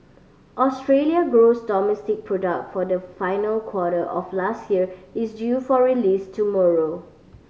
Australia gross domestic product for the final quarter of last year is due for release tomorrow